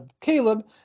Caleb